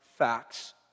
Facts